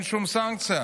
אין שום סנקציה.